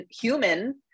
human